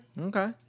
Okay